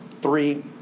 three